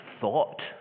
thought